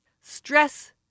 Stress